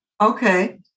Okay